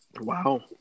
Wow